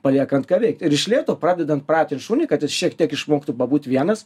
paliekant ką veikti ir iš lėto pradedant pratint šunį kad jis šiek tiek išmoktų pabūt vienas